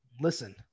Listen